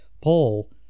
Paul